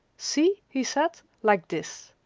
see, he said, like this!